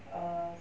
err